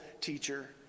teacher